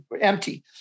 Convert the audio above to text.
empty